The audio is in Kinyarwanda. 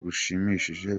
rushimishije